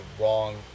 wrong